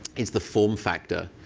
is the form factor.